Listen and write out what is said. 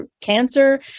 cancer